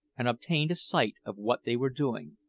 and obtained a sight of what they were doing.